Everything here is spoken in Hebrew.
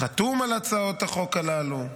חלקה חתום על הצעות החוק הללו,